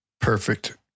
Perfect